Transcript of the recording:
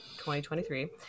2023